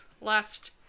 left